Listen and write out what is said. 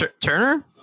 Turner